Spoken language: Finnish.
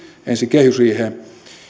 ensi kehysriiheen